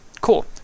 Cool